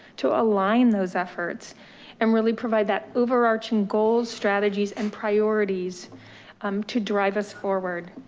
to align those efforts and really provide that overarching goals, strategies, and priorities um to drive us forward.